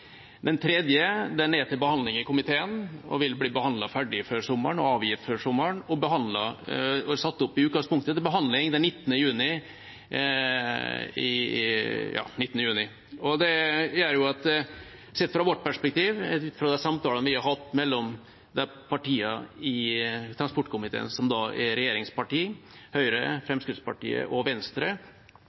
Den tredje er til behandling i komiteen og vil bli behandlet ferdig og avgitt før sommeren og er i utgangspunktet satt opp til behandling den 19. juni. Sett fra vårt perspektiv, ut fra de samtalene vi har hatt mellom regjeringspartiene i transportkomiteen – Høyre, Fremskrittspartiet og Venstre